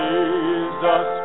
Jesus